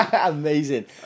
Amazing